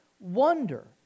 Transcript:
wonder